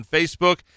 Facebook